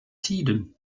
tiden